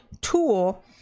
tool